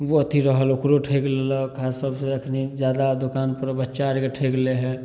ओहो अथी रहल ओकरो ठैक लेलक खास कऽके अखनी जा दा दोकान पर बच्चा आरके ठैक लै है